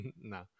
no